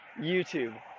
YouTube